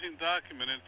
document